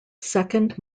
second